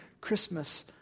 Christmas